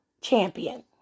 champion